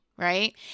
Right